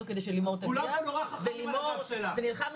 לעשות